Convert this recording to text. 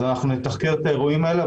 אז אנחנו נתחקר את האירועים האלה,